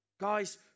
Guys